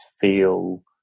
feel